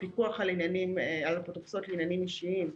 הפיקוח על אפוטרופסות לעניינים אישיים.